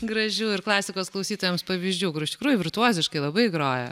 gražių ir klasikos klausytojams pavyzdžių kur iš tikrųjų virtuoziškai labai groja